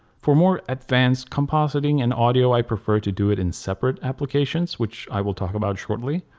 for more advanced compositing and audio i prefer to do it in separate applications, which i will talk about shortly.